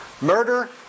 murder